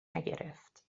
نگرفت